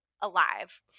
alive